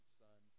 son